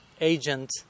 agent